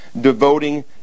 devoting